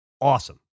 awesome